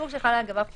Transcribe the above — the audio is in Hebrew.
לא יחולו לגביה"